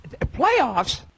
playoffs